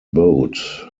boat